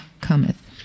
cometh